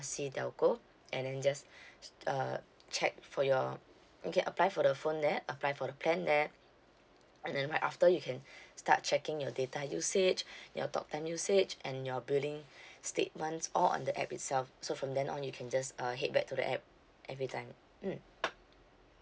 C telco and then just uh check for your you can apply for the phone there apply for the plan there and then right after you can start checking your data usage your talk time usage and your billing statement all on the app itself so from then on you can just uh head back to the app every time mm